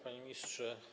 Panie Ministrze!